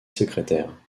secrétaire